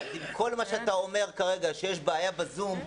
עם כל מה שאתה אומר שיש כרגע בעיה בזום,